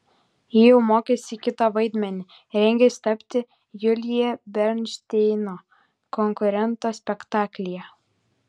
ji jau mokėsi kitą vaidmenį rengėsi tapti julija bernšteino konkurento spektaklyje